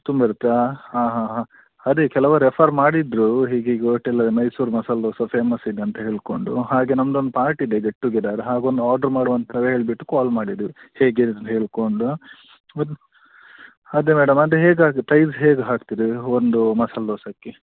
ತುಂಬಿರುತ್ತೆ ಆಂ ಹಾಂ ಹಾಂ ಹಾಂ ಅದೆ ಕೆಲವರು ರೆಫರ್ ಮಾಡಿದ್ದರು ಹೀಗೀಗೆ ಹೋಟೆಲಲ್ಲಿ ಮೈಸೂರು ಮಸಾಲೆ ದೋಸೆ ಫೇಮಸ್ ಇದೆ ಅಂತ ಹೇಳಿಕೊಂಡು ಹಾಗೆ ನಮ್ದೊಂದು ಪಾರ್ಟಿಯಿದೆ ಗೆಟ್ ಟುಗೆದರ್ ಹಾಗೊಂದು ಆರ್ಡ್ರು ಮಾಡುವ ಅಂತೇಳಿಬಿಟ್ಟು ಕಾಲ್ ಮಾಡಿದ್ದೀವಿ ಹೇಗೆ ಇದು ಹೇಳಿಕೊಂಡು ಒಂದು ಅದೇ ಮೇಡಮ್ ಅದು ಹೇಗೆ ಅದು ಪ್ರೈಸ್ ಹೇಗೆ ಹಾಕ್ತೀರಿ ಒಂದು ಮಸಾಲೆ ದೋಸಕ್ಕೆ